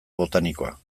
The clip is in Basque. botanikoa